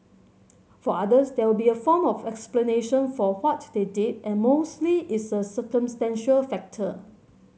for others there will be a form of explanation for what they did and mostly it's a circumstantial factor